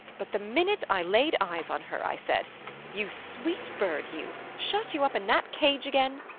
but the minute i laid eyes on her, i said you sweet bird, you! shut you up in that cage again?